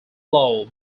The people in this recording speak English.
law